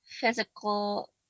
physical